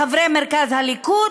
חברי מרכז הליכוד,